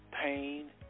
pain